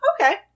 Okay